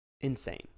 Insane